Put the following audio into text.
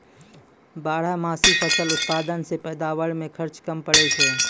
बारहमासी फसल उत्पादन से पैदावार मे खर्च कम पड़ै छै